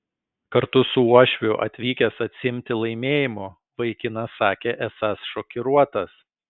kartu su uošviu atvykęs atsiimti laimėjimo vaikinas sakė esąs šokiruotas